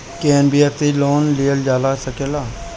का एन.बी.एफ.सी से लोन लियल जा सकेला?